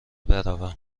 بروم